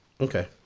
Okay